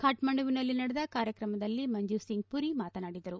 ಕಠ್ಕಂಡುವಿನಲ್ಲಿ ನಡೆದ ಕಾರ್ಯಕ್ರಮದಲ್ಲಿ ಮಂಜೀವ್ ಸಿಂಗ್ ಪುರಿ ಮಾತನಾಡಿದರು